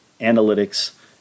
analytics